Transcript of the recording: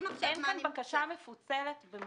אין כאן בקשה מפוצלת.